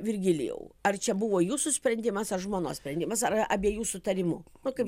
virgilijau ar čia buvo jūsų sprendimas ar žmonos sprendimas ar abiejų sutarimu nu kaip